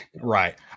right